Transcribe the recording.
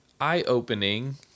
eye-opening